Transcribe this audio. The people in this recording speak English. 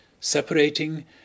separating